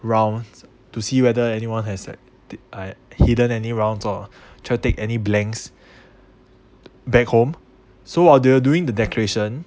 rounds to see whether anyone has like I hidden any rounds or try to take any blanks back home so while they were doing the declaration